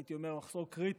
הייתי אומר מחסור קריטי,